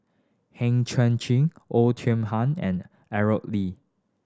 Heng Chang Chieh Oei Tiong Ham and Aaro Lee